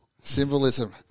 Symbolism